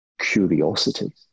curiosity